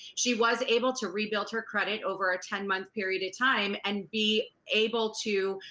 she was able to rebuild her credit over a ten month period of time and be able to,